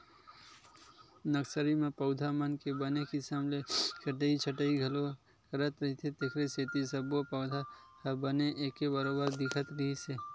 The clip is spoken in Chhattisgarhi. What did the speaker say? नरसरी म पउधा मन के बने किसम ले कटई छटई घलो करत रहिथे तेखरे सेती सब्बो पउधा ह बने एके बरोबर दिखत रिहिस हे